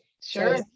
Sure